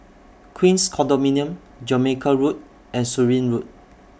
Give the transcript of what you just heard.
Queens Condominium Jamaica Road and Surin Road